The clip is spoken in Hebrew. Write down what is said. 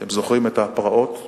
אתם זוכרים את הפרעות,